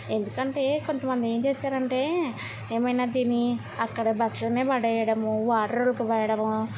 ఎందుకంటే కొంతమంది ఏం చేస్తరంటే ఏమైనా తిని అక్కడ బస్లోనే పడేయడము వాటర్ ఒలిగిపోయడము